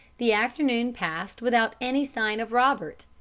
the afternoon passed without any sign of robert,